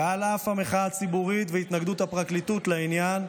ועל אף המחאה הציבורית והתנגדות הפרקליטות לעניין,